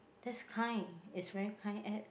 that's kind it's very kind at